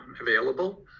available